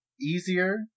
easier